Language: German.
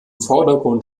vordergrund